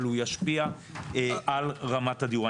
אבל הוא ישפיע על רמת הדיור.